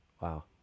Wow